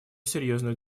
серьезную